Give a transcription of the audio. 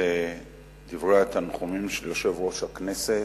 לדברי התנחומים של יושב-ראש הכנסת,